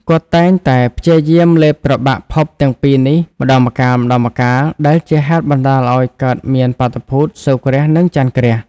គាត់តែងតែព្យាយាមលេបត្របាក់ភពទាំងពីរនេះម្ដងម្កាលៗ ដែលជាហេតុបណ្ដាលឱ្យកើតមានបាតុភូត សូរ្យគ្រាស និងចន្ទគ្រាស ។